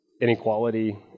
inequality